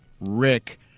Rick